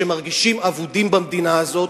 שמרגישים אבודים במדינה הזאת,